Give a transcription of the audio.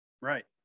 Right